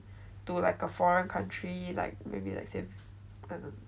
to like a foreign country like maybe like say